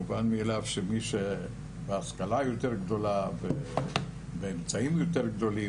מובן מאליו שלמי שיש השכלה גבוהה יותר ואמצעים גדולים יותר,